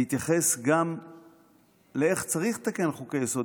אני אתייחס גם לאיך צריך לתקן חוקי-יסוד.